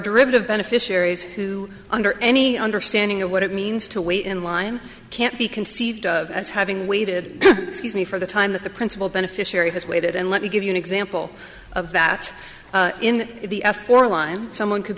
derivative beneficiaries who under any understanding of what it means to wait in line can't be conceived as having waited for the time that the principal beneficiary has waited and let me give you an example of that in the f for line someone could